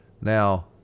Now